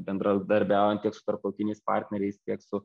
bendradarbiaujant tiek su tarptautiniais partneriais tiek su